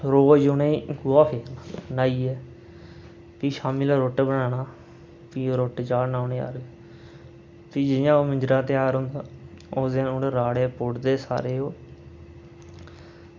रोज़ उनें गोहा फेरना न्हाइयै फिर शामीं रुट्ट बनाना ते ओह् रुट्ट चाढ़ना शामीं भी हून जियां मिंजरां दा ध्यार होंदा उस दिन सारे राह्ड़े पुट्टदे ओह्